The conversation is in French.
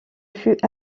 fut